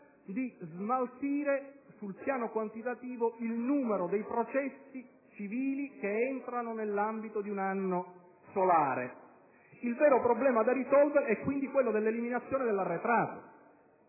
di smaltire sul piano quantitativo il numero dei processi civili che entrano nell'ambito di un anno solare. Il vero problema da risolvere è, quindi, quello dell'eliminazione dell'arretrato.